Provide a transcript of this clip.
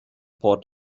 part